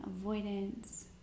avoidance